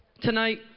Tonight